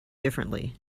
differently